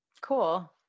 Cool